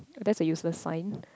that's a useless sign